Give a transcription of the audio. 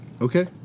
Okay